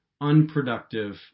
unproductive